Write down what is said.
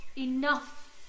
Enough